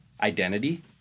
Identity